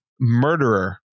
murderer